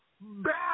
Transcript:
bad